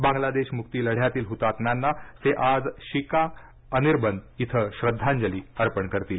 बांग्लादेश मुक्ती लढयातील हुतात्म्यांना ते आज शिखा अनिर्बन इथं श्रद्वांजली अर्पण करतील